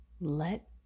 Let